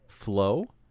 Flow